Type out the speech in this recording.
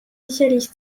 sicherlich